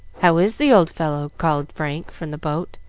how is the old fellow? called frank from the boat,